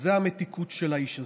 זו המתיקות של האיש הזה,